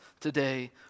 today